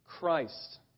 Christ